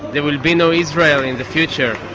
there will be no israel in the future.